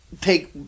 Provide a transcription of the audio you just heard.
take